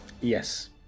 yes